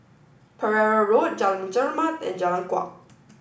Pereira Road Jalan Chermat and Jalan Kuak